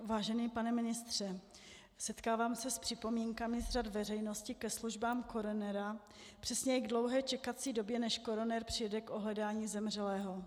Vážený pane ministře, setkávám se s připomínkami z řad veřejnosti ke službám koronera, přesně k dlouhé čekací době, než koroner dojede k ohledání zemřelého.